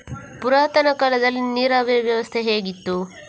ಪುರಾತನ ಕಾಲದಲ್ಲಿ ನೀರಾವರಿ ವ್ಯವಸ್ಥೆ ಹೇಗಿತ್ತು?